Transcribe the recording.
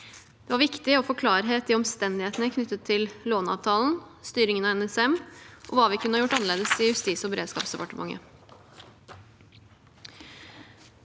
Det var viktig å få klarhet i omstendighetene knyttet til låneavtalen, styringen av NSM, og hva vi kunne ha gjort annerledes i Justis- og beredskapsdepartementet.